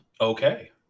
Okay